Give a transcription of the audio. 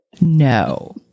No